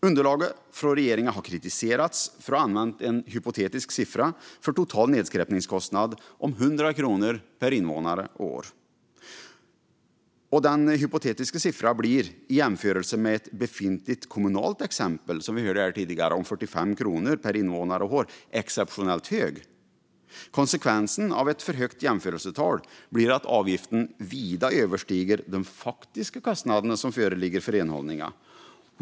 Underlaget från regeringen har kritiserats för att ha använt en hypotetisk siffra för total nedskräpningskostnad om 100 kronor per invånare och år. Den hypotetiska siffran blir, i jämförelse med ett befintligt kommunalt exempel, som vi hörde tidigare, om 45 kronor per invånare och år, exceptionellt hög. Konsekvensen av ett för högt jämförelsetal blir att avgiften vida överstiger de faktiska kostnader som föreligger för renhållningen.